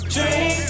Dream